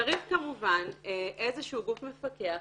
צריך כמובן איזשהו גוף מפקח,